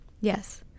yes